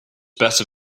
better